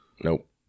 Nope